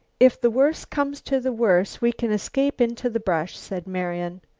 if the worst comes to the worst we can escape into the brush, said marian.